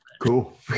cool